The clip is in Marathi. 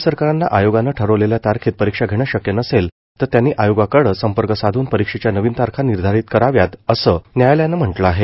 राज्य सरकारांना आयोगानं ठरवलेल्या तारखेत परीक्षा घेणं शक्य नसेल तर त्यांनी आयोगाकडं संपर्क साधून परीक्षेच्या नवीन तारखा निर्धारित कराव्यात असं न्यायालयानं म्हटलं आहे